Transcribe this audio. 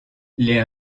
les